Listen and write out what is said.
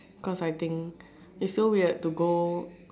cause I think it's so weird to go